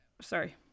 sorry